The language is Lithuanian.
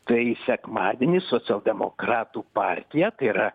tai sekmadienį socialdemokratų partija tai yra